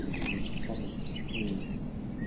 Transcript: अं चलो ठीक ऐ